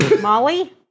Molly